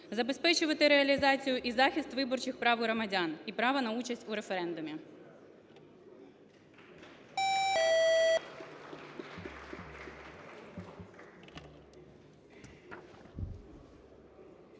забезпечувати реалізацію і захист виборчих прав громадян і права на участь у референдумі.